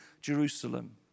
Jerusalem